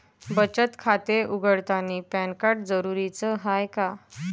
बचत खाते उघडतानी पॅन कार्ड जरुरीच हाय का?